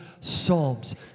Psalms